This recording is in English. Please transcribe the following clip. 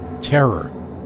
terror